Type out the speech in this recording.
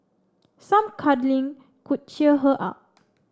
some cuddling could cheer her up